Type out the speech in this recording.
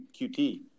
QT